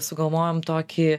sugalvojom tokį